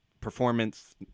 performance